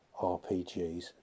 RPGs